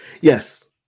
Yes